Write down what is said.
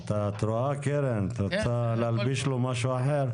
לא משנה, אני מדבר על האישה, לא על הדיון.